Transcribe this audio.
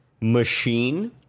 machine